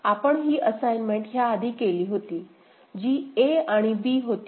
आपण ही असाइन्मेंट ह्या आधी केली होती जी a आणि b होती